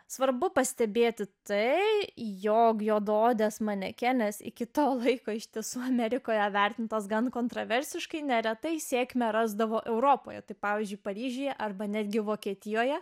svarbu pastebėti tai jog juodaodės manekenės iki to laiko ištisai amerikoje vertintas gana kontroversiškai neretai sėkmę rasdavo europoje tai pavyzdžiui paryžiuje arba netgi vokietijoje